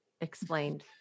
explained